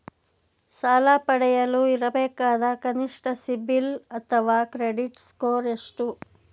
ಸಾಲ ಪಡೆಯಲು ಇರಬೇಕಾದ ಕನಿಷ್ಠ ಸಿಬಿಲ್ ಅಥವಾ ಕ್ರೆಡಿಟ್ ಸ್ಕೋರ್ ಎಷ್ಟು?